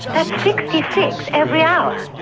that's sixty six every hour.